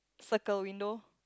circle window